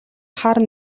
хар